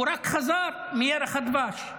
הוא רק חזר מירח הדבש,